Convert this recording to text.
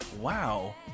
Wow